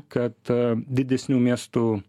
kad didesnių miestų